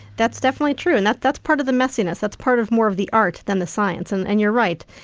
that's definitely true, and that's that's part of the messiness, that's part of more of the art than the science and and you're right,